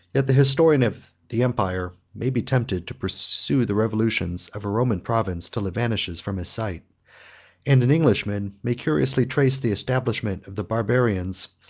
yet the historian of the empire may be tempted to pursue the revolutions of a roman province, till it vanishes from his sight and an englishman may curiously trace the establishment of the barbarians,